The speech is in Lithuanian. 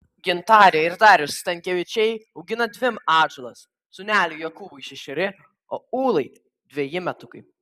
gintarė ir darius stankevičiai augina dvi atžalas sūneliui jokūbui šešeri o ūlai dveji metukai